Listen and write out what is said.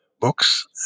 books